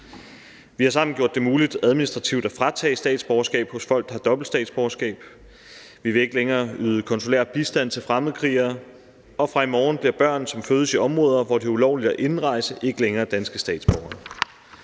Vi har sammen gjort det muligt administrativt at fratage statsborgerskabet hos folk, der har dobbelt statsborgerskab, vi vil ikke længere yde konsulær bistand til fremmedkrigere, og fra i morgen bliver børn, som fødes i områder, hvor det er ulovligt at indrejse, ikke længere danske statsborgere.